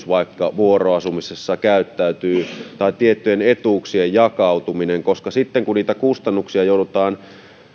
vaikka koulukuljetus vuoroasumisessa käyttäytyy tai tiettyjen etuuksien jakautuminen koska sitten kun niitä kustannuksia joudutaan